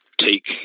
take